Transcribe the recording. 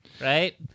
right